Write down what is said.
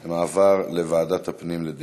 על העברת הצעת החוק לוועדת הפנים, לדיון.